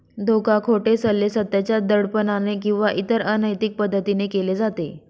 धोका, खोटे सल्ले, सत्याच्या दडपणाने किंवा इतर अनैतिक पद्धतीने केले जाते